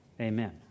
Amen